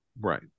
Right